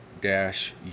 dash